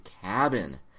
cabin